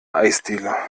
eisdiele